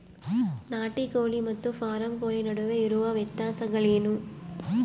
ನಾಟಿ ಕೋಳಿ ಮತ್ತು ಫಾರಂ ಕೋಳಿ ನಡುವೆ ಇರುವ ವ್ಯತ್ಯಾಸಗಳೇನು?